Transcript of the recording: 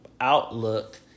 outlook